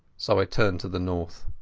so i turned to the north.